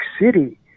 City